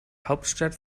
hauptstadt